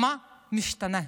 מה נשתנה?